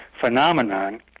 phenomenon